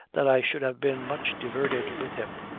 that i should have been much diverted with him,